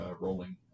rolling